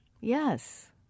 Yes